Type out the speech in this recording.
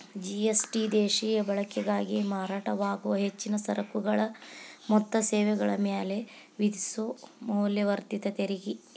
GST ದೇಶೇಯ ಬಳಕೆಗಾಗಿ ಮಾರಾಟವಾಗೊ ಹೆಚ್ಚಿನ ಸರಕುಗಳ ಮತ್ತ ಸೇವೆಗಳ ಮ್ಯಾಲೆ ವಿಧಿಸೊ ಮೌಲ್ಯವರ್ಧಿತ ತೆರಿಗಿ